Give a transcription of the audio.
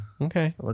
Okay